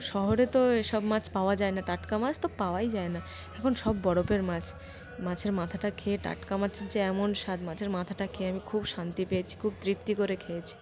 শহরে তো এসব মাছ পাওয়া যায় না টাটকা মাছ তো পাওয়াই যায় না এখন সব বরফের মাছ মাছের মাথাটা খেয়ে টাটকা মাছের যে এমন স্বাদ মাছের মাথাটা খেয়ে আমি খুব শান্তি পেয়েছি খুব তৃপ্তি করে খেয়েছি